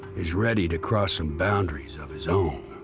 is ready to cross some boundaries of his own.